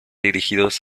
dirigidos